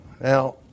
Now